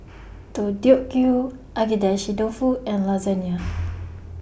Deodeok Gui Agedashi Dofu and Lasagna